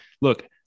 look